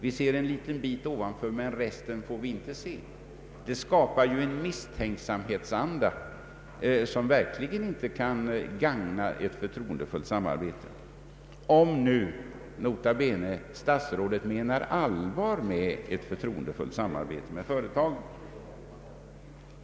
Vi ser en liten bit, men resten får vi inte se, Det skapar en misstänksam anda, som verkligen inte kan gagna ett förtroendefullt samarbete, om nu, nota bene, statsrådet menar allvar med att han önskar ett förtroendefullt samarbete med företagen.